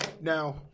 Now